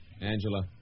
Angela